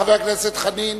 חבר הכנסת חנין,